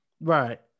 Right